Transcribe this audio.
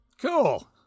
Cool